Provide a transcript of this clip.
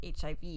HIV